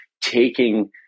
taking